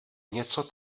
něco